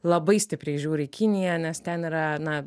labai stipriai žiūri į kiniją nes ten yra na